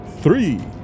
Three